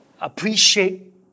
appreciate